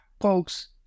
folks